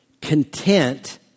content